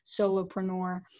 solopreneur